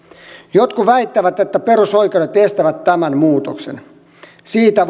jotkut väittävät että perusoikeudet estävät tämän muutoksen siitä